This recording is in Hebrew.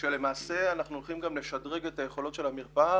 למעשה אנחנו הולכים גם לשדרג את היכולות של המרפאה